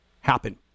happen